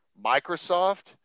Microsoft